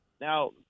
Now